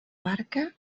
barca